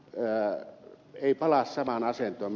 kallis eikä palaa samaan asentoon